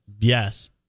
Yes